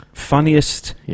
funniest